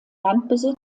landbesitz